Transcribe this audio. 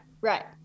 Right